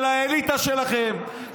של האליטה שלכם,